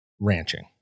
ranching